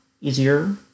easier